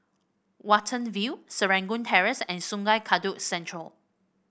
Watten View Serangoon Terrace and Sungei Kadut Central